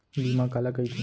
बीमा काला कइथे?